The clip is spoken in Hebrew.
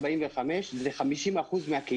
20-45 בקרב יוצאי אתיופיה הם 50% מהקהילה.